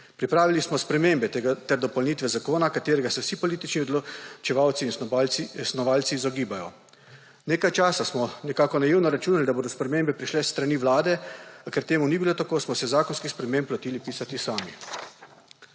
Pripravili smo spremembe ter dopolnitve zakona, ki se ga vsi politični odločevalci in snovalci izogibajo. Nekaj časa smo nekako naivno računali, da bodo spremembe prišle s strani Vlade. Ker to ni bilo tako, smo se zakonskih sprememb lotili pisati sami.